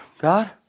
God